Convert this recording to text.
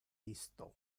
isto